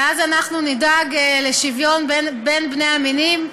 ואז אנחנו נדאג לשוויון בין המינים.